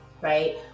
right